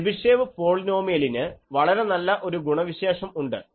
Chebyshev പോളിനോമിലിന് വളരെ നല്ല ഒരു ഗുണവിശേഷം ഉണ്ട്